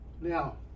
Now